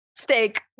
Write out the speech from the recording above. Steak